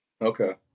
Okay